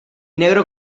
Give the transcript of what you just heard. negro